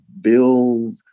build